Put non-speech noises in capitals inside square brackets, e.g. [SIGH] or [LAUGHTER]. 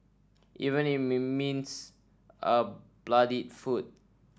even [UNINTELLIGIBLE] means a bloodied foot